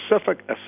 specific